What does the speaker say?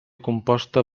composta